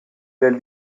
del